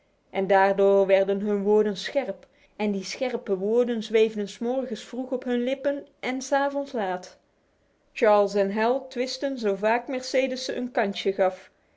en daardoor werden hun woorden scherp en die scherpe woorden zweefden s morgens vroeg op hun lippen en s avonds laat charles en hal twistten zo vaak mercedes hun een kansje gaf